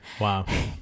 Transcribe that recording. Wow